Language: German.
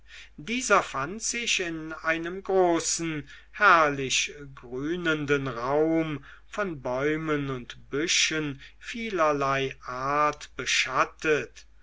dieser fand sich in einem großen herrlich grünenden raum von bäumen und büschen vielerlei art beschattet